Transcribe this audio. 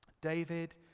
david